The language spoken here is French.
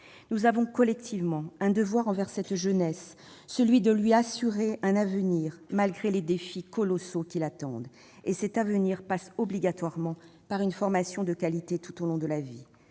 Nous avons collectivement un devoir envers la jeunesse : lui assurer un avenir malgré les défis colossaux qui l'attendent. Cet avenir passe obligatoirement par une formation de qualité tout au long de la vie,